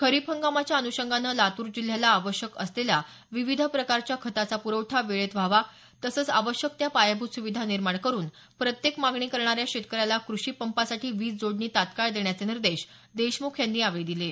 खरीप हंगामाच्या अनुषंगानं लातूर जिल्ह्याला आवश्यक असलेला विविध प्रकारच्या खतांचा पुरवठा वेळेत व्हावा तसचं आवश्यक त्या पायाभूत सुविधा निर्माण करून प्रत्येक मागणी करणाऱ्या शेतकऱ्याला कृषी पंपासाठी वीज जोडणी तात्काळ देण्याचे निर्देश देशमुख यांनी दिले आहेत